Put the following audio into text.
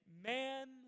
man